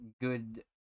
good